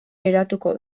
geratuko